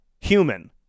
human